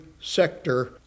sector